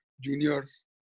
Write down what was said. juniors